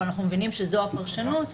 אבל אנחנו מבינים שזו הפרשנות.